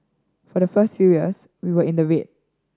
for the first few years we were in the red